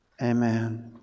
Amen